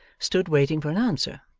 stood waiting for an answer.